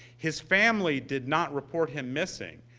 his family did not report him missing.